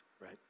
right